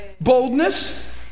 Boldness